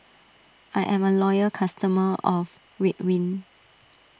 I am a loyal customer of Ridwind